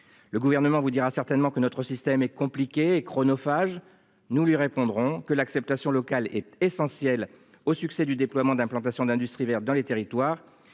Le gouvernement vous dira certainement que notre système est compliqué et chronophage. Nous lui répondrons que l'acceptation locale est essentielle au succès du déploiement d'implantation d'industries vertes dans les territoires.